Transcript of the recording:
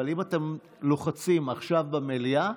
אבל אם אתם לוחצים עכשיו במליאה,